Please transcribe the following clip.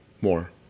more